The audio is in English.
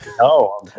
No